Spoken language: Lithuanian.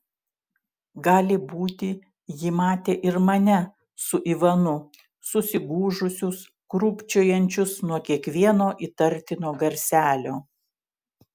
gali būti ji matė ir mane su ivanu susigūžusius krūpčiojančius nuo kiekvieno įtartino garselio